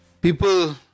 People